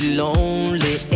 lonely